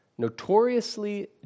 notoriously